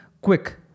quick